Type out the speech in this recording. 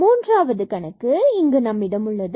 மூன்றாவது கணக்கு இங்கு நம்மிடம் உள்ளது